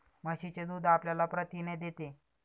म्हशीचे दूध आपल्याला प्रथिने देते